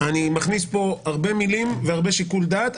אני מכניס פה הרבה מילים והרבה שיקול דעת,